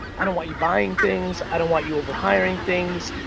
i don't want you buying things, i don't want you over-hiring things,